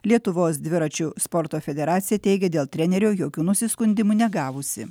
lietuvos dviračių sporto federacija teigė dėl trenerio jokių nusiskundimų negavusi